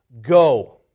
go